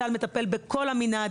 צה"ל מטפל בכל המנעד.